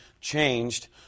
changed